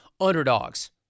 underdogs